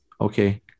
Okay